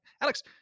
Alex